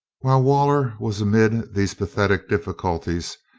while waller was amid these pathetic difficulties,